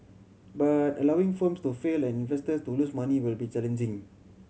but allowing firms to fail and investors to lose money will be challenging